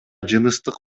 жыныстык